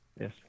Yes